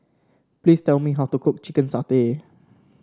please tell me how to cook Chicken Satay